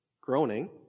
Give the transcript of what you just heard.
groaning